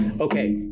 Okay